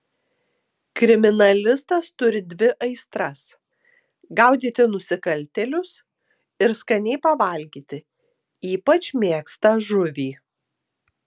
kriminalistas turi dvi aistras gaudyti nusikaltėlius ir skaniai pavalgyti ypač mėgsta žuvį